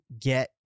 get